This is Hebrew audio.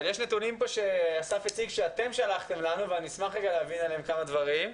יש פה נתונים שאסף הציג שאתם שלחתם אלינו ואשמח להבין עליהם כמה דברים.